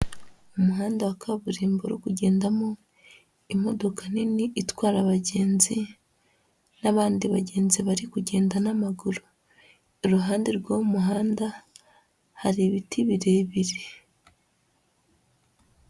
Umuhanda wa kaburimbo uri kugendamo imodoka nini itwara abagenzi n'abandi bagenzi bari kugenda n'amaguru. Iruhande rw'uwo muhanda, hari ibiti birebire.